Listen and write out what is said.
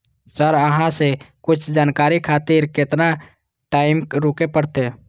Sir अहाँ से कुछ जानकारी खातिर केतना टाईम रुके परतें?